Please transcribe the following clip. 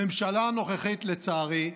הממשלה הנוכחית, לצערי,